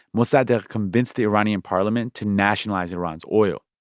mossadegh convinced the iranian parliament to nationalize iran's oil.